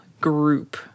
group